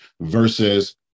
versus